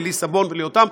לליסה בון וליותם.